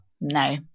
No